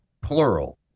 plural